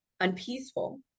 Unpeaceful